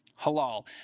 Halal